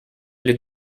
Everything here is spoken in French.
les